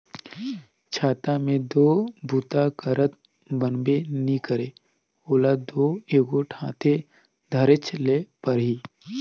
छाता मे दो बूता करत बनबे नी करे ओला दो एगोट हाथे धरेच ले परही